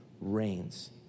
reigns